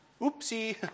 oopsie